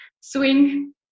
Swing